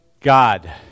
God